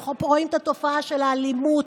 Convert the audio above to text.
אנחנו רואים את התופעה של האלימות,